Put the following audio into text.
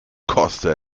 koste